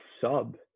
sub